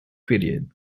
period